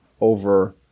over